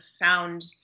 found